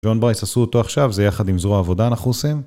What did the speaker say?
ג'ון ברייס עשו אותו עכשיו, זה יחד עם זרוע עבודה אנחנו עושים.